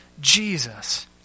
Jesus